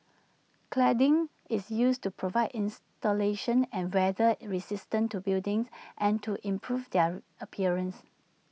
cladding is used to provide insulation and weather resistance to buildings and to improve their appearance